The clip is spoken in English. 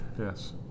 Yes